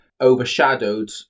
overshadowed